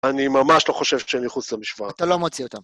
אני ממש לא חושב שאני מחוץ למשוואה. אתה לא מוציא אותם.